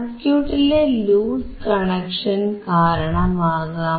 സർക്യൂട്ടിലെ loose connection കാരണമാകാം